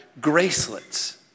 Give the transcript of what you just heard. gracelets